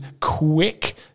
quick